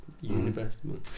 universal